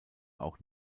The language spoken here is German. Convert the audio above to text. auch